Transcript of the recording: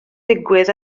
digwydd